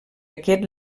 aquest